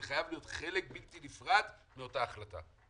זה חייב להיות חלק בלתי נפרד מאותה החלטה.